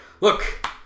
Look